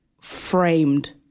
framed